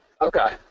Okay